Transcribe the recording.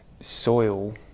soil